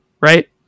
right